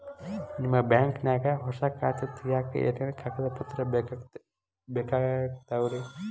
ನಿಮ್ಮ ಬ್ಯಾಂಕ್ ನ್ಯಾಗ್ ಹೊಸಾ ಖಾತೆ ತಗ್ಯಾಕ್ ಏನೇನು ಕಾಗದ ಪತ್ರ ಬೇಕಾಗ್ತಾವ್ರಿ?